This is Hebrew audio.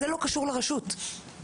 זה לא קשור לרשות בכלל.